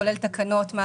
כולל תקנות.